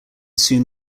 soon